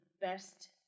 best